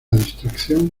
distracción